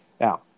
Now